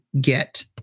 get